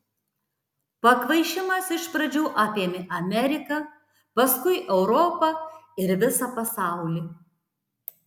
pakvaišimas iš pradžių apėmė ameriką paskui europą ir visą pasaulį